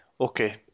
okay